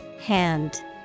Hand